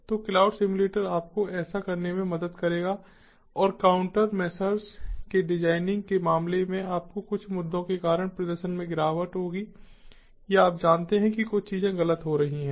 तो cloud simulator आपको ऐसा करने में मदद करेगा और काउंटरमेशर्स के डिजाइनिंग के मामले में आपको कुछ मुद्दों के कारण प्रदर्शन में गिरावट होगी या आप जानते हैं कि कुछ चीजें गलत हो रही हैं